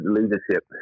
leadership